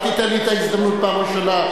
אל תיתן לי את ההזדמנות פעם ראשונה.